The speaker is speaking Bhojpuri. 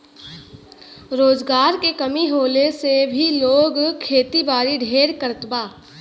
रोजगार के कमी होले से भी लोग खेतीबारी ढेर करत बा